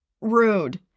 rude